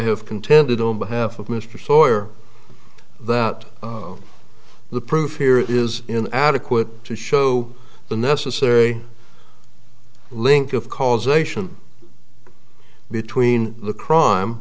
have contended on behalf of mr sawyer that the proof here is in adequate to show the necessary link of causation between the crime